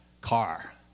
car